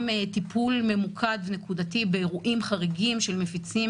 גם טיפול ממוקד נקודתי באירועים חריגים של מפיצים